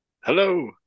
hello